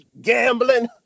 gambling